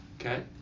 Okay